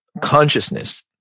consciousness